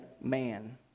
man